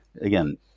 again